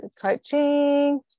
coaching